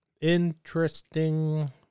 Interesting